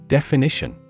Definition